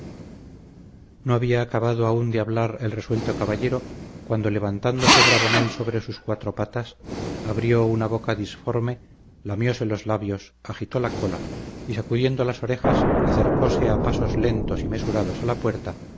no había acabado aún de hablar el resuelto caballero cuando levantándose bravonel sobre sus cuatro patas abrió una boca disforme lamióse los labios agitó la cola y sacudiendo las orejas acercóse a pasos lentos y mesurados a la puerta